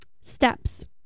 steps